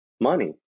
money